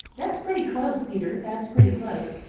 that's pretty close, peter. that's pretty close,